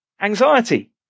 anxiety